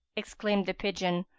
exclaimed the pigeon,